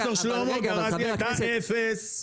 -- של ד"ר שלמה -- הייתה אפס,